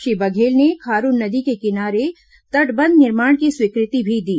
श्री बघेल ने खारून नदी के किनारे में तटबंध निर्माण की स्वीकृति भी दी